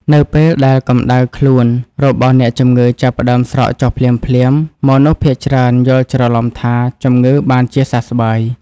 នៅពេលដែលកម្តៅខ្លួនរបស់អ្នកជំងឺចាប់ផ្តើមស្រកចុះភ្លាមៗ មនុស្សភាគច្រើនយល់ច្រឡំថាជំងឺបានជាសះស្បើយ។